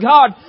God